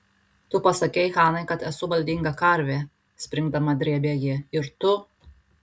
tu pasakei hanai kad esu valdinga karvė springdama drėbė ji ir tu